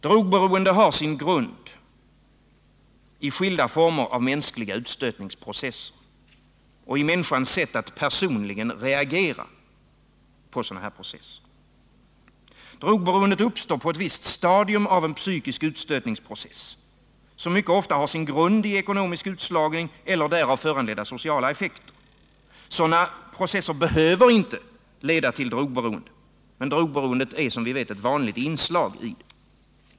Drogberoende har sin grund i skilda former av mänskliga utstötningsprocesser och i människans sätt att personligen reagera på sådana här processer. Drogberoendet uppstår på ett visst stadium av en psykisk utstötningsprocess, som mycket ofta har sin grund i ekonomisk utslagning eller därav föranledda sociala effekter. Sådana processer behöver inte leda till drogberoende, men drogberoendet är, som vi vet, ett vanligt inslag däri.